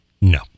No